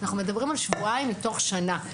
אנחנו מדברים על שבועיים מתוך שנה.